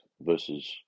versus